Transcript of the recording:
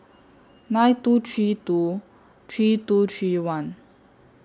nine two three two three two three one